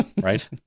Right